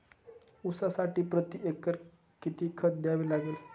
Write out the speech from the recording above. ऊसासाठी प्रतिएकर किती खत द्यावे लागेल?